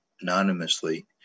anonymously